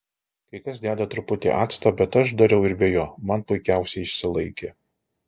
kai kas deda truputį acto bet aš dariau ir be jo man puikiausiai išsilaikė